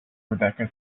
rebecca